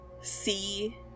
see